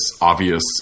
obvious